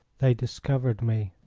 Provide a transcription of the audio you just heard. they discovered me.